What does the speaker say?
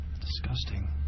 Disgusting